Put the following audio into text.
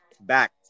back